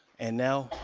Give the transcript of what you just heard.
and now,